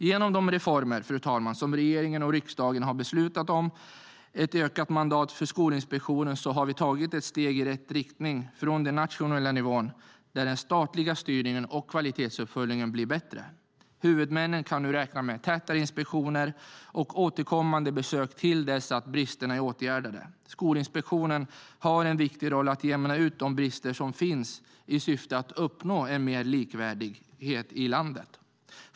Genom de reformer som regeringen och riksdagen har beslutat om och ett ökat mandat för Skolinspektionen har vi tagit ett steg i rätt riktning från den nationella nivån där den statliga styrningen och kvalitetsuppföljningen blir bättre. Huvudmännen kan nu räkna med tätare inspektioner och återkommande besök till dess att bristerna är åtgärdade. Skolinspektionen har en viktig roll att jämna ut de brister som finns i syfte att uppnå mer likvärdighet i landet.